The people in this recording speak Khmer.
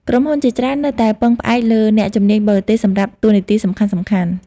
ក្រុមហ៊ុនជាច្រើននៅតែពឹងផ្អែកលើអ្នកជំនាញបរទេសសម្រាប់តួនាទីសំខាន់ៗ។